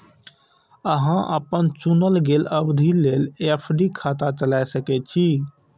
अहां अपन चुनल गेल अवधि लेल एफ.डी खाता चला सकै छी